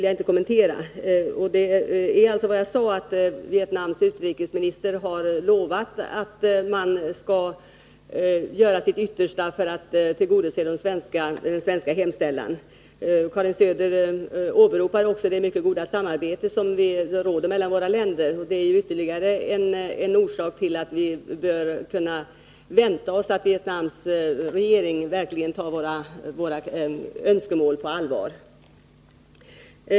Jag sade alltså att Vietnams utrikesminister har lovat att man skall göra sitt yttersta för att tillgodose den svenska hemställan. Karin Söder åberopade också det mycket goda samarbete som råder mellan de båda länderna. Det är ytterligare en orsak till att vi bör kunna vänta oss att Vietnams regering verkligen tar våra önskemål på allvar.